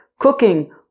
cooking